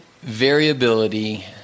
variability